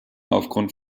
aufgrund